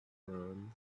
from